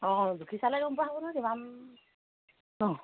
অঁ জুখি চালে গম পাব নহয় কিমান ন